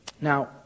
now